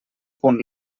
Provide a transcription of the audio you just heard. punt